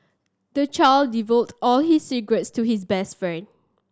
the child divulged all his secrets to his best friend